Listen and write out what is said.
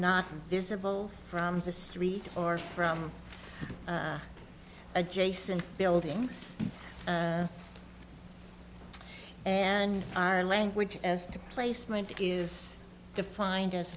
not visible from the street or from adjacent buildings and our language as to placement is defined as